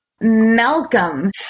Malcolm